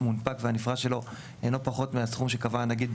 המונפק והנפרע שלה אינו פחות מהסכום שקבע הנגיד,